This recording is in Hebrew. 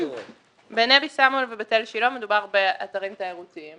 בנבי סמואל ובית אל-שילה מדובר באתרים תיירותיים.